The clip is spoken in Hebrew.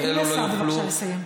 תני לשר בבקשה לסיים.